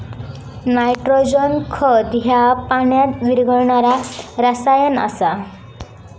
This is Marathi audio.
नायट्रोजन खत ह्या पाण्यात विरघळणारा रसायन आसा